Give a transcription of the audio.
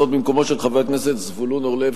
במקומו של חבר הכנסת זבולון אורלב,